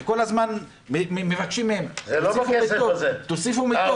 וכל הזמן מבקשים מהם, תוסיפו מיטות.